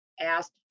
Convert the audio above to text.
asked